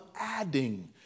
adding